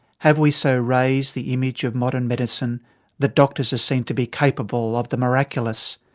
have we so raised the image of modern medicine that doctors are seen to be capable of the miraculous?